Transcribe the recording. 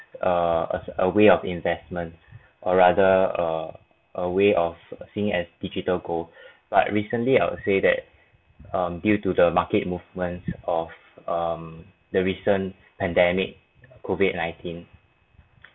err as a way of investment or rather err a way of seeing as digital gold but recently I would say that um due to the market movements of um the reason pandemic COVID nineteen